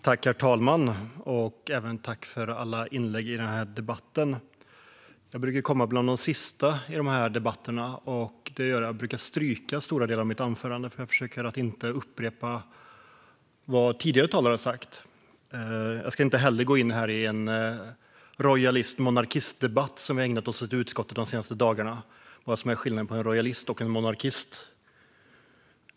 Herr talman! Jag tackar för alla inlägg i debatten. Jag brukar vara bland de sista talarna i de här debatterna, vilket gör att jag ofta stryker stora delar av mitt anförande för att inte upprepa vad tidigare talare har sagt. Jag ska inte heller gå in i den debatt som vi i utskottet har ägnat oss åt de senaste dagarna, nämligen vad som är skillnaden mellan en rojalist och en monarkist.